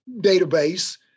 database